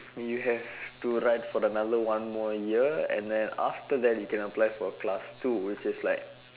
you have to ride for another one more year and then after that you can apply for class two which is like